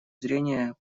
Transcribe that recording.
зрения